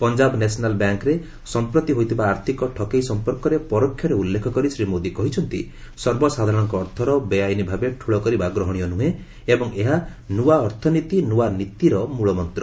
Punjab national ବ୍ୟାଙ୍କ୍ରେ ସଂପ୍ରତି ହୋଇଥିବା ଆର୍ଥିକ ଠକେଇ ସମ୍ପର୍କରେ ପରୋକ୍ଷରେ ଉଲ୍ଲେଖ କରି ଶ୍ରୀ ମୋଦି କହିଛନ୍ତି ସର୍ବସାଧାରଣଙ୍କ ଅର୍ଥର ବେଆଇନ ଭାବେ ଠୁଳ କରିବା ଗ୍ରହଣୀୟ ନୁହେଁ ଏବଂ ଏହା ନୂଆ ଅର୍ଥନୀତି ନୂଆ ନୀତିର ମୂଳମନ୍ତ୍ର